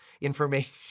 information